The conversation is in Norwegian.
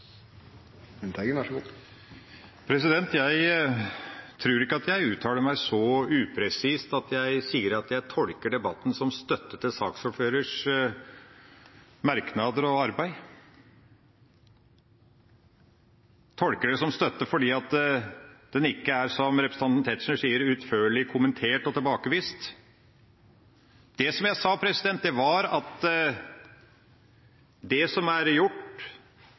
Jeg tror ikke at jeg uttaler meg så upresist, at jeg sier at jeg tolker debatten som støtte til saksordførerens merknader og arbeid og tolker den som støtte fordi den ikke er – som representanten Tetzschner sier – utførlig kommentert og tilbakevist. Det jeg sa, var at det som er gjort,